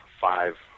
five